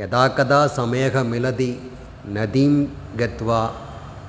यदा कदा समयः मिलति नदीं गत्वा